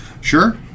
Sure